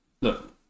look